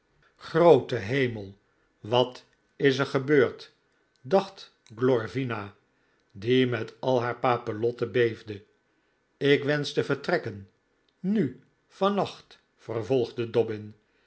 groote hemel wat is er gebeurd dacht glorvina die met al haar papillotten beefde ik wensch te vertrekken nu vannacht vervolgde dobbin